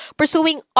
pursuing